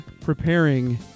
preparing